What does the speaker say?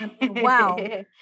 Wow